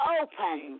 open